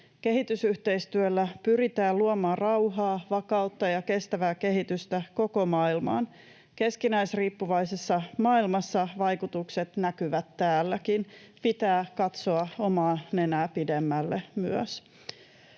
Kehitysyhteistyöllä pyritään luomaan rauhaa, vakautta ja kestävää kehitystä koko maailmaan. Keskinäisriippuvaisessa maailmassa vaikutukset näkyvät täälläkin. Pitää katsoa myös omaa nenää pidemmälle.